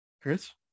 Chris